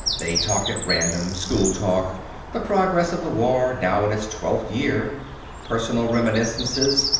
they talked at random school-talk the progress of the war, now in its twelfth year personal reminiscences,